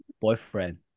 boyfriend